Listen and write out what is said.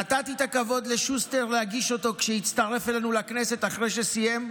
נתתי את הכבוד לשוסטר להגיש אותו כשהצטרף אלינו לכנסת אחרי שסיים,